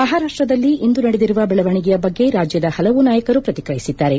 ಮಹಾರಾಷ್ಟದಲ್ಲಿ ಇಂದು ನಡೆದಿರುವ ಬೆಳವಣಿಗೆಯ ಬಗ್ಗೆ ರಾಜ್ಯದ ಹಲವು ನಾಯಕರು ಪ್ರತಿಕ್ರಿಯಿಸಿದ್ದಾರೆ